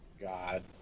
God